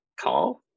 Call